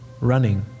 running